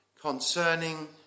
concerning